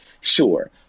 Sure